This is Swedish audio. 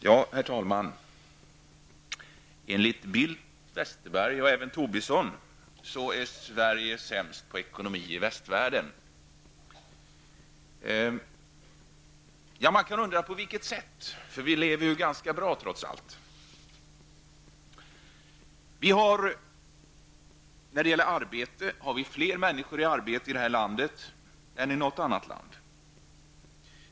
Herr talman! Enligt Bildt, Westerberg och även Tobisson är Sverige sämst på ekonomi i västvärlden. Man kan undra på vilket sätt, för vi lever ganska bra, trots allt. Vi har fler människor i arbete i det här landet än man har i något annat land.